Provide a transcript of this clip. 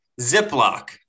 Ziploc